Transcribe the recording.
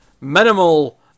Minimal